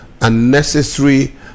unnecessary